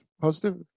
positive